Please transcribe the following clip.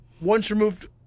once-removed